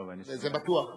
זה בטוח.